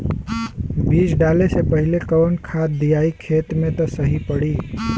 बीज डाले से पहिले कवन खाद्य दियायी खेत में त सही पड़ी?